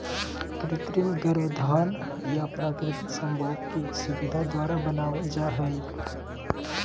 कृत्रिम गर्भाधान या प्राकृतिक संभोग की सुविधा द्वारा बनाबल जा हइ